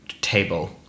table